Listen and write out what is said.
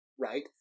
right